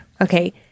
Okay